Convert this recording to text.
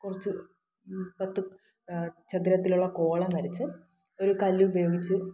കുറച്ച് ചതുരത്തിലുള്ള കോളം വരച്ച് ഒരു കല്ല് ഉപയോഗിച്ച്